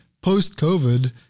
post-COVID